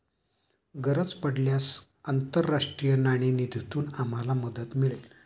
गरज पडल्यास आंतरराष्ट्रीय नाणेनिधीतून आम्हाला मदत मिळेल